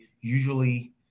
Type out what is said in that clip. usually